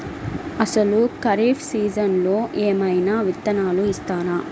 అసలు ఖరీఫ్ సీజన్లో ఏమయినా విత్తనాలు ఇస్తారా?